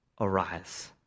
arise